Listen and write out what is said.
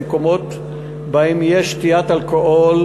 במקומות שבהם יש שתיית אלכוהול